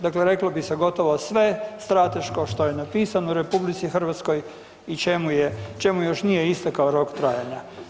Dakle, reklo bi se gotovo sve strateško što je napisano u RH i čemu još nije istekao rok trajanja.